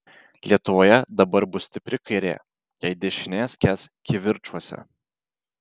lietuvoje dabar bus stipri kairė jei dešinė skęs kivirčuose